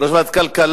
יושב ראש ועדת כלכלה,